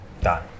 Done